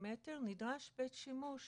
נדרש בית שימוש